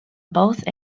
both